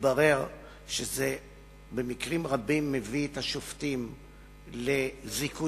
התברר שזה במקרים רבים מביא את השופטים לזיכויים,